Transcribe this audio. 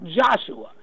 Joshua